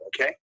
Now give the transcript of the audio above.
Okay